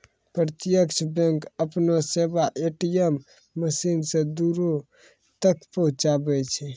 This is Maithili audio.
प्रत्यक्ष बैंक अपनो सेबा ए.टी.एम मशीनो से दूरो तक पहुचाबै छै